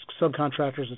subcontractors